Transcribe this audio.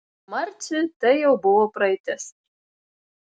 marciui tai jau buvo praeitis